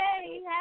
Happy